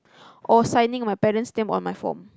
or signing my parent's name on the form